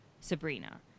Sabrina